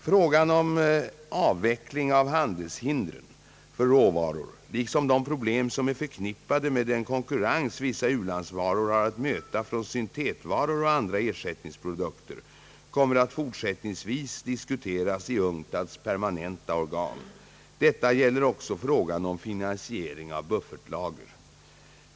Frågan om avveckling av handelshinder för råvaror liksom de problem som är förknippade med den konkurrens vissa u-landsråvaror har att möta från syntetvaror och andra ersättningsprodukter kommer att fortsättningsvis diskuteras i UNCTAD:s permanenta organ. Detta gäller också frågan om finansiering av buffertlager.